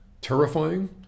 terrifying